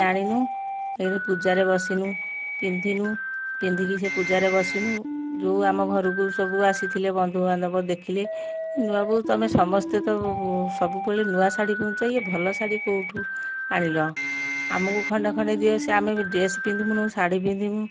ଆଣିନୁ ପୂଜା ରେ ବସିନୁ ପିନ୍ଧିନୁ ପିନ୍ଧିକି ସେ ପୂଜାରେ ବସିନୁ ଯେଉଁ ଆମ ଘରକୁ ସବୁ ଆସିଥିଲେ ବନ୍ଧୁ ବାନ୍ଧବ ଦେଖିଲେ ଏ ନୂଆ ବହୁ ତମେ ସମସ୍ତେ ତ ସବୁବେଳେ ନୂଆ ଶାଢ଼ୀ ପିନ୍ଧୁଛ ଏ ଭଲ ଶାଢ଼ୀ କେଉଁଠୁ ଆଣିଲା ଆମକୁ ଖଣ୍ଡେ ଖଣ୍ଡେ ଦିଅ ସେ ଆମେ ବି ଡ୍ରେସ ପିନ୍ଧି ବୁନୁ ଶାଢ଼ୀ ପିନ୍ଧିବୁ